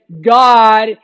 God